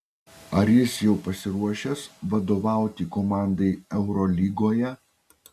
ar jis jau pasiruošęs vadovauti komandai eurolygoje